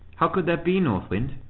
how could that be, north wind?